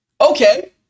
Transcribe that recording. Okay